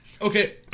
Okay